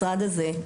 משרד הזה.